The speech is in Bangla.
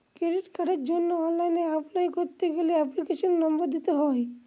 ক্রেডিট কার্ডের জন্য অনলাইন অ্যাপলাই করতে গেলে এপ্লিকেশনের নম্বর দিতে হয়